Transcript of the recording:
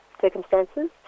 circumstances